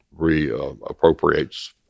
reappropriates